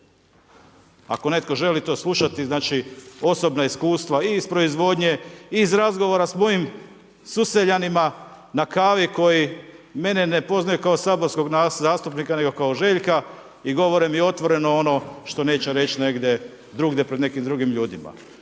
Ako netko želi to slušati, znači osobna iskustva i iz proizvodnje, iz razgovora s mojim suseljanima, na kavi koji mene ne poznaju kao saborskog zastupnika nego kao Željka i govore mi otvoreno ono što neće reći negdje drugdje pred nekim drugim ljudima.